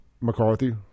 McCarthy